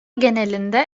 genelinde